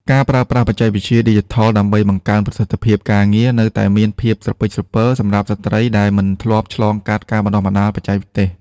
ការប្រើប្រាស់បច្ចេកវិទ្យាឌីជីថលដើម្បីបង្កើនប្រសិទ្ធភាពការងារ នៅតែមានភាពស្រពិចស្រពិលសម្រាប់ស្ត្រីដែលមិនធ្លាប់ឆ្លងកាត់ការបណ្ដុះបណ្ដាលបច្ចេកទេស។